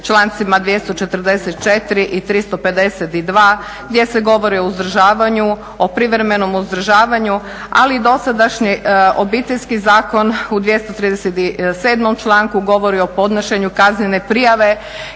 člancima 244. i 352. gdje se govori o uzdržavanju, o privremenom uzdržavanju ali i dosadašnji Obiteljski zakon u 237. članku govori o podnošenju kaznene prijave